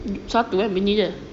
satu kan bini dia